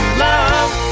love